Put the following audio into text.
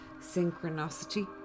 synchronicity